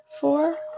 four